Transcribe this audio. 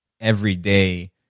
everyday